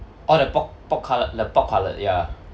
oh the pork pork cutlet the pork cutlet ya